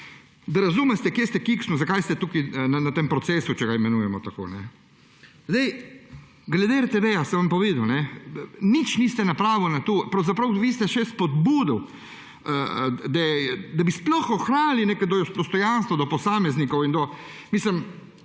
Da razumete, kje ste kiksnili, zakaj ste tukaj na tem procesu, če ga imenujemo tako. Glede RTV sem vam povedal. Nič niste napravili, pravzaprav vsi ste še spodbudili, da bi sploh ohranjali neke dostojanstvo do posameznikov in do samega